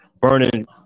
burning